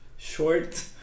short